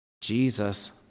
Jesus